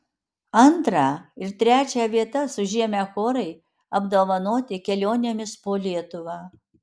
antrą ir trečią vietas užėmę chorai apdovanoti kelionėmis po lietuvą